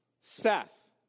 Seth